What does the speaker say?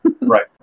right